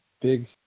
Big